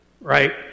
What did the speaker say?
right